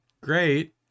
great